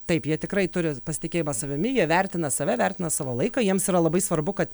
taip jie tikrai turi pasitikėjimą savimi jie vertina save vertina savo laiką jiems yra labai svarbu kad